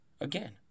again